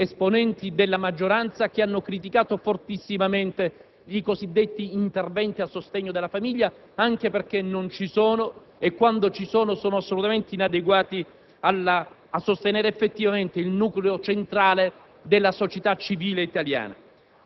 esponenti della maggioranza che hanno criticato fortissimamente i cosiddetti interventi a sostegno della famiglia, anche perché non ci sono e, quando ci sono, sono assolutamente inadeguati a sostenere effettivamente il nucleo centrale della società civile italiana.